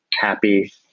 happy